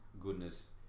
goodness